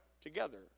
together